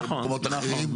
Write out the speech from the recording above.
במקומות אחרים,